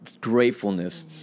gratefulness